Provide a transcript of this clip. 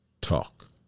talk